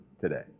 today